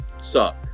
suck